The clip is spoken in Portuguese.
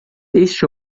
este